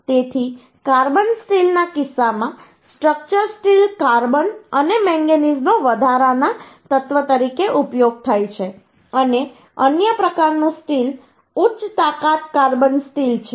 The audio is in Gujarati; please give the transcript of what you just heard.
તેથી કાર્બન સ્ટીલના કિસ્સામાં સ્ટ્રક્ચર સ્ટીલ કાર્બન અને મેંગેનીઝનો વધારાના તત્વ તરીકે ઉપયોગ થાય છે અને અન્ય પ્રકારનું સ્ટીલ ઉચ્ચ તાકાત કાર્બન સ્ટીલ છે